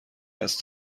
است